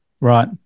Right